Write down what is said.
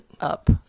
up